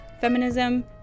feminism